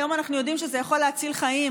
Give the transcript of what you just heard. היום אנחנו יודעים שזה יכול להציל חיים,